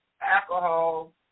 alcohol